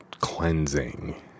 cleansing